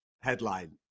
headline